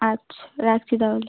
আচ্ছা রাখছি তাহলে